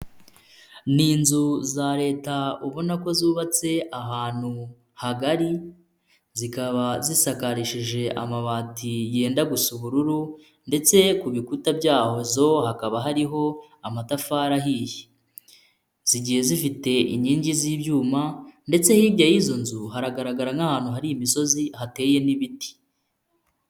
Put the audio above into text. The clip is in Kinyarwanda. Ni inzu za leta ubona ko zubatse ahantu hagari, zikaba zisakarishije amabati yenda gusa ubururu ndetse ku bikuta byahozo hakaba hariho amatafari ahiye, zigiye zifite inkingi z'ibyuma ndetse hirya y'izo nzu haragaragara nk'ahantu hari imisozi, hateye n'ibiti.